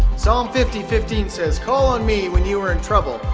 so um fifty fifteen says, call on me when you are in trouble,